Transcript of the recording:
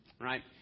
right